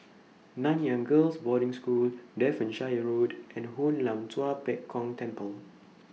Nanyang Girls' Boarding School Devonshire Road and Hoon Lam Tua Pek Kong Temple